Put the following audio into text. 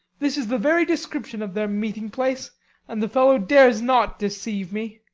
this is the very description of their meeting-place and the fellow dares not deceive me.